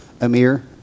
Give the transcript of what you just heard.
Amir